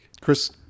Chris